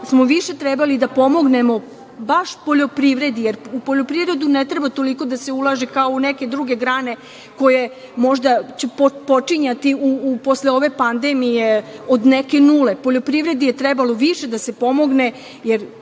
smo više trebali da pomognemo baš poljoprivredi, jer u poljoprivredu ne treba toliko da se ulaže kao u neke druge grane koje možda će počinjati posle ove pandemije od neke nule. Poljoprivredi je trebalo više da se pomogne,